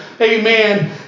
Amen